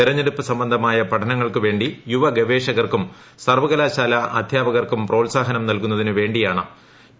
തെരഞ്ഞെടുപ്പ് സംബന്ധമായ പഠനങ്ങൾക്ക് വേണ്ടി യുവഗവേഷകർക്കും സർവ്വകലാശാല അധ്യാപകർക്കും പ്രോത്സാഹനം നല്കുന്നതിനു വേണ്ടിയാണ് ടി